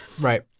right